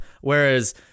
Whereas